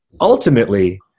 ultimately